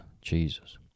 Jesus